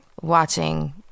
watching